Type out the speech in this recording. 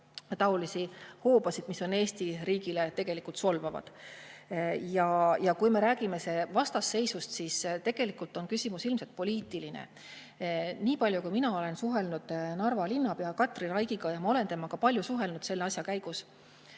taolisi hoobasid Need nimed on Eesti riigile tegelikult solvavad. Aga kui me räägime vastasseisust, siis tegelikult on küsimus ilmselt poliitiline. Nii palju, kui mina olen suhelnud Narva linnapea Katri Raikiga, ja ma olen temaga palju suhelnud selle asja käigus